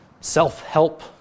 Self-help